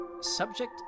subject